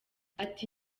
ati